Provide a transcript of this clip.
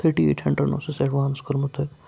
تھٔٹی eight hundred اوس اَسہِ ایٚڈوانٕس کوٚرمُت